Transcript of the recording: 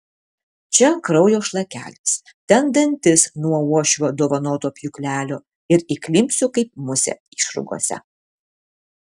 čia kraujo šlakelis ten dantis nuo uošvio dovanoto pjūklelio ir įklimpsiu kaip musė išrūgose